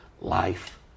life